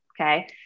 Okay